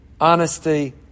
honesty